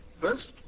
First